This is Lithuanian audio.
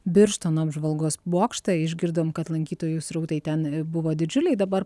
birštono apžvalgos bokštą išgirdom kad lankytojų srautai ten buvo didžiuliai dabar